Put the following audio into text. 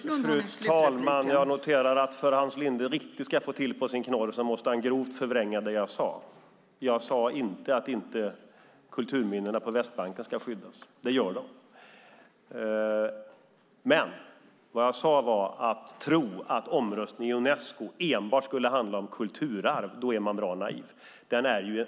Fru talman! Jag noterar att Hans Linde för att han riktigt ska få till knorren i sitt anförande grovt måste förvränga det som jag sade. Jag sade inte att kulturminnena på Västbanken inte ska skyddas. Det gör de. Vad jag sade var att om man tror att omröstningen i Unesco enbart skulle handla om kulturarv då är man bra naiv.